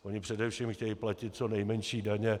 Oni především chtějí platit co nejmenší daně.